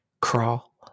crawl